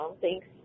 thanks